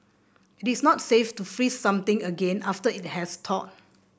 it is not safe to freeze something again after it has thawed